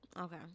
okay